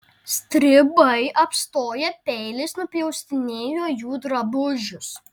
stribai apstoję peiliais nupjaustinėjo jų drabužius